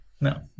no